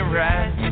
right